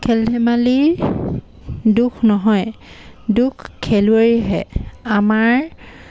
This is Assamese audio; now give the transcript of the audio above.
খেল ধেমালি দোষ নহয় দোষ খেলুৱৈৰহে আমাৰ